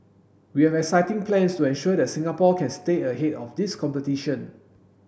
we have exciting plans to ensure that Singapore can stay ahead of this competition